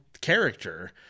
character